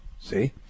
See